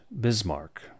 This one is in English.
Bismarck